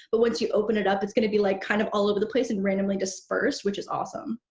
but once you open it up, it's gonna be like kind of all over the place and randomly dispersed, which is awesome.